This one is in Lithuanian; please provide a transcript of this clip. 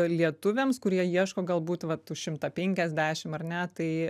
lietuviams kurie ieško galbūt vat už šimtą penkiasdešim ar ne tai